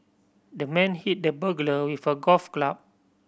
the man hit the burglar with a golf club